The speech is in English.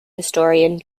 historian